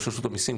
ראש רשות המיסים,